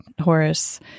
Horace